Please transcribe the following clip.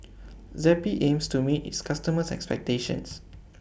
Zappy aims to meet its customers' expectations